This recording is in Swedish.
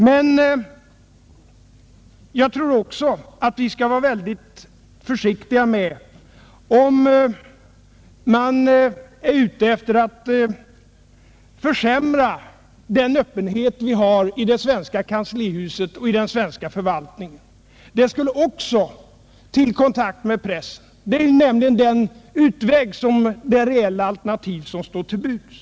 Men vi skall vara mycket aktsamma om den öppenhet gentemot pressen som Nr 12 vi nu har i kanslihuset och i vår förvaltning. Den får inte försämras. Men Torsdagen den en skärpning är just den utväg och det reella alternativ som här skulle stå 21 januari 1971 till buds.